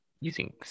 using